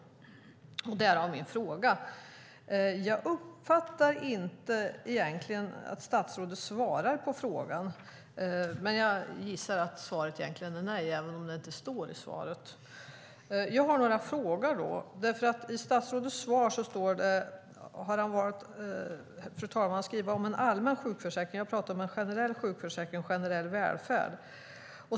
Därför ställde jag frågan. Jag uppfattar egentligen inte att statsrådet svarar på frågan, men jag gissar att svaret är nej även om det inte står i svaret. Jag har några frågor. I svaret har statsrådet valt att skriva om en allmän sjukförsäkring, fru talman. Jag pratar om en generell sjukförsäkring, en generell välfärd.